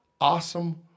awesome